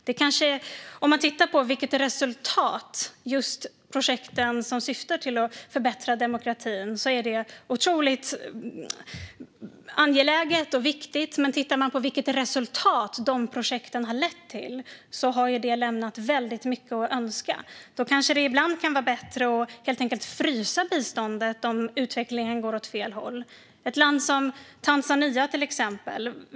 Det resultat som just projekten att förbättra demokratin syftar till är otroligt angeläget och viktigt. Men tittar man på det resultat som de projekten har lett till har det lämnat väldigt mycket att önska. Då kanske det ibland kan vara bättre att helt enkelt frysa biståndet om utvecklingen går åt fel håll. Vi kan ta ett land som Tanzania till exempel.